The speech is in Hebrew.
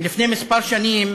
לפני שנים